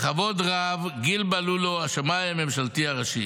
בכבוד רב, גיל בלולו, השמאי הממשלתי הראשי.